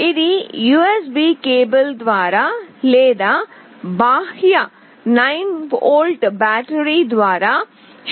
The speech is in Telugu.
ఇది USB కేబుల్ ద్వారా లేదా బాహ్య 9 వోల్ట్ బ్యాటరీ ద్వారా శక్తినివ్వగలదు